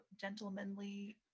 gentlemanly